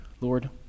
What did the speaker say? Lord